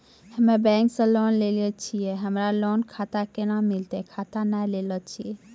हम्मे बैंक से लोन लेली छियै हमरा लोन खाता कैना मिलतै खाता नैय लैलै छियै?